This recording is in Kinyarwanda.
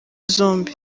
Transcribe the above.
zombi